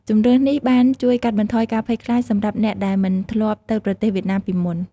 ជម្រើសនេះបានជួយកាត់បន្ថយការភ័យខ្លាចសម្រាប់អ្នកដែលមិនធ្លាប់ទៅប្រទេសវៀតណាមពីមុន។